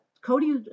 Cody